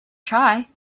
try